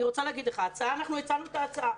אנחנו הצענו את ההצעה.